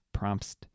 Prompts